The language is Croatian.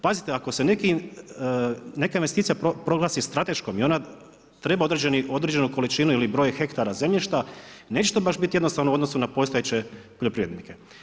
Pazite ako se neka investicija proglasi strateškom i ona treba određenu količinu ili broj hektara zemljišta neće to baš biti jednostavno u odnosu na postojeće poljoprivrednike.